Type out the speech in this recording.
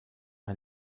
ein